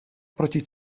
proti